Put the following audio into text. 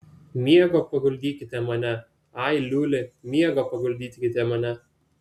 miego paguldykite mane ai liuli miego paguldykite mane